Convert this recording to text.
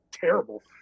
terrible